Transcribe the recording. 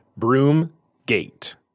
Broomgate